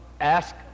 ask